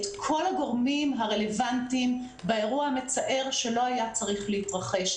את כל הגורמים הרלוונטיים באירוע המצער שלא היה צריך להתרחש.